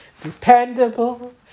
Dependable